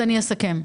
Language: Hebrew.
אני אסכם.